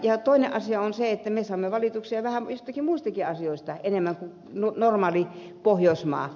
ja toinen asia on se että me saamme valituksia muistakin asioista enemmän kuin normaali pohjoismaa